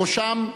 בראשם,